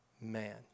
man